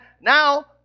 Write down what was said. now